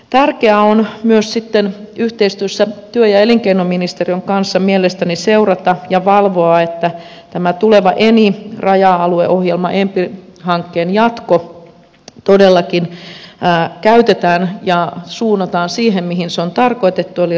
tärkeää on myös sitten yhteistyössä työ ja elinkeinoministeriön kanssa mielestäni seurata ja valvoa että tämä tuleva eni raja alueohjelma enpi hankkeen jatko todellakin käytetään ja suunnataan siihen mihin se on tarkoitettu eli raja alueelle